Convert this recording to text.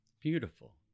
Beautiful